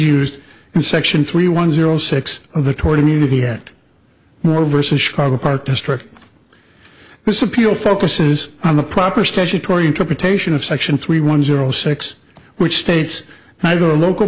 used in section three one zero six of the tory need to be had more versus chicago part district this appeal focuses on the proper statutory interpretation of section three one zero six which states neither a local